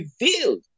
revealed